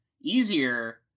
easier